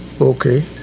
Okay